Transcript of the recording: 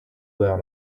down